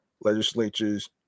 legislatures